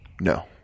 No